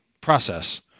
process